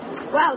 Wow